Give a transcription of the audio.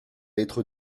être